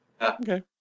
Okay